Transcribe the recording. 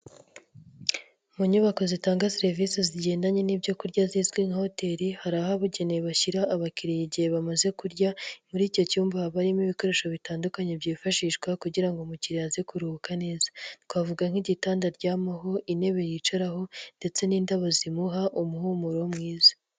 Mu nyubako zitanga serivisi zigendanye n'ibyo kurya zizwi nka hoteri hari ahabugenewe bashyira abakiriya igihe bamaze kurya, muri icyo cyumba haba harimo ibikoresho bitandukanye byifashishwa kugira ngo umukiriya aze kuruhuka neza, twavuga nk'igitanda aryamaho, intebe yicaraho ndetse n'indabo zimuha umuhumuro mwiza.